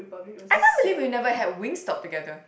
I can't believe we never had Wing-Stop together